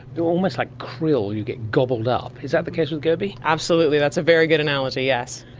you're almost like krill, you get gobbled up. is that the case with goby? absolutely, that's a very good analogy, yes.